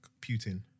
Putin